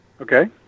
Okay